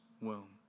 womb